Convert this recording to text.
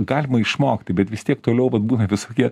galima išmokti bet vis tiek toliau vat būna visokie